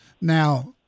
now